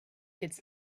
its